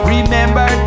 Remember